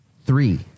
three